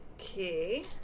okay